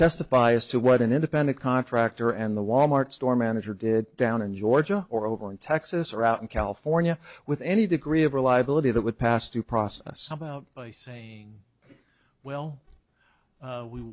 testify as to what an independent contractor and the wal mart store manager did down in georgia or over in texas or out in california with any degree of reliability that would past due process about saying well we we